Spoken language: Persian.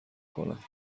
کنم